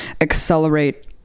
accelerate